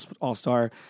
all-star